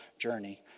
journey